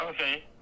Okay